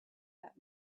that